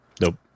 Nope